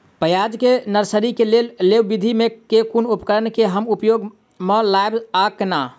प्याज केँ नर्सरी केँ लेल लेव विधि म केँ कुन उपकरण केँ हम उपयोग म लाब आ केना?